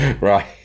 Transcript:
right